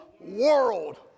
world